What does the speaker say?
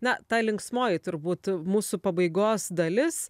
na ta linksmoji turbūt mūsų pabaigos dalis